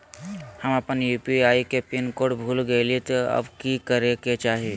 हम अपन यू.पी.आई के पिन कोड भूल गेलिये हई, अब की करे के चाही?